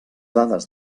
dades